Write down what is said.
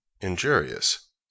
injurious